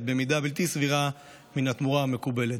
במידה בלתי סבירה מן התמורה המקובלת".